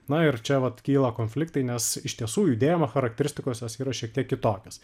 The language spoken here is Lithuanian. na ir čia vat kyla konfliktai nes iš tiesų judėjimo charakteristikos jos yra šiek tiek kitokios